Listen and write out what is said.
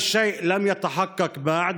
הדבר טרם יצא אל הפועל.